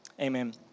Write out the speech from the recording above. Amen